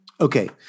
Okay